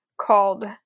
called